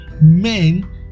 men